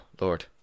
Lord